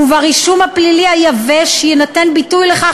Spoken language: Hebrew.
וברישום הפלילי היבש יינתן ביטוי לכך